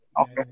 Okay